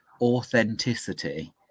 authenticity